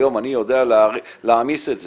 היום אני יודע להעמיס את זה,